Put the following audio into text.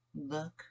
look